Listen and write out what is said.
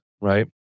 right